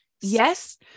yes